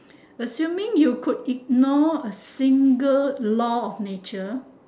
assuming you could ignore a single law of nature